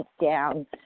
down